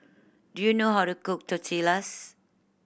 do you know how to cook Tortillas